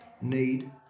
need